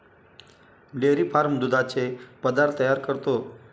dairy farm दुधाचे पदार्थ तयार करतो